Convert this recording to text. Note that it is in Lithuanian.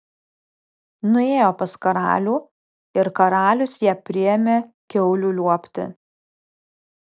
nuėjo pas karalių ir karalius ją priėmė kiaulių liuobti